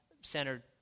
centered